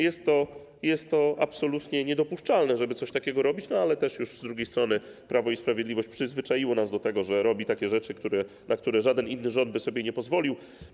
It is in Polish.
Jest to absolutnie niedopuszczalne, żeby coś takiego robić, ale z drugiej strony Prawo i Sprawiedliwość przyzwyczaiło nas do tego, że robi takie rzeczy, na które żaden inny rząd by sobie nie pozwolił.